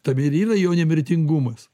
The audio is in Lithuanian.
tame ir yra jo nemirtingumas